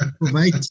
provide